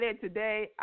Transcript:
today